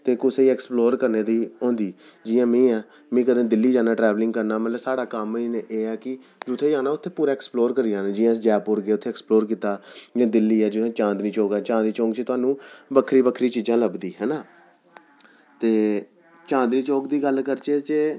ते कुसै ई एक्सप्लोर करने दी होंदी जि'यां में आं में कदें दिल्ली जन्ना ट्रैवलिंग करना मतलब साढ़ा कम्म मेन एह् ऐ कि जुत्थें जाना उत्थें पूरा एक्सप्लोर करी आना जि'यां अस जयपुर गे उत्थें एक्सप्लोर कीता जि'यां दिल्ली ऐ जि'यां चांदनी चौक ऐ चांदनी चौक च थाह्नूं बक्खरी बक्खरी चीज़ा लभदी ऐना ते चांदनी चौक दी गल्ल करचै जे